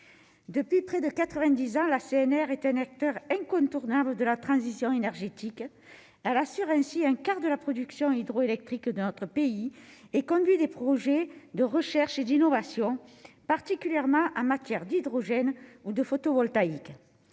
depuis près de 90 ans, la CNR est un acteur incontournable de la transition énergétique, elle assure ainsi un quart de la production hydroélectrique dans notre pays et conduit des projets de recherche et d'innovation, particulièrement en matière d'hydrogène ou de photovoltaïque,